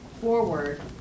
forward